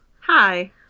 Hi